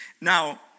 Now